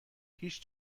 هیچ